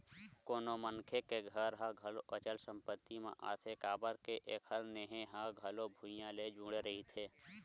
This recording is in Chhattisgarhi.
कोनो मनखे के घर ह घलो अचल संपत्ति म आथे काबर के एखर नेहे ह घलो भुइँया ले जुड़े रहिथे